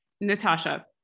Natasha